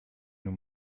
nun